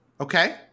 Okay